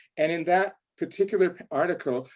and in that particular article,